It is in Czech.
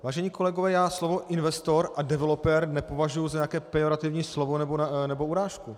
Vážení kolegové, já slovo investor a developer nepovažuji za nějaké pejorativní slovo nebo urážku.